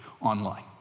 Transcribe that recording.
online